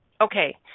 okay